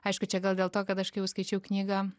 aišku čia gal dėl to kad aš kai jau skaičiau knygą